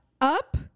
up